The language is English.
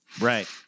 Right